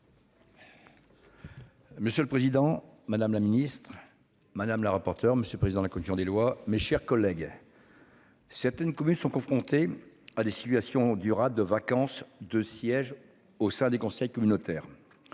Monsieur le président, madame la ministre. Madame la rapporteure. Monsieur le président de la commission des lois, mes chers collègues. Certaines communes sont confrontées à des situations durables de vacance de sièges au sein des conseils communautaires.